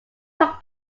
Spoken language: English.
took